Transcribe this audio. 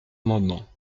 amendement